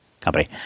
Company